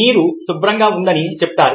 నీరు శుభ్రంగా ఉందని చెప్తారు